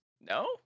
no